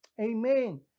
Amen